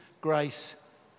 grace